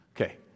Okay